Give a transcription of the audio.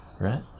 right